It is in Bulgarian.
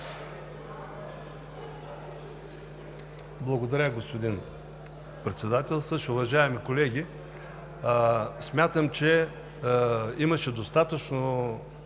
Благодаря, господин Председател. Уважаеми колеги! Смятам, че имаше достатъчно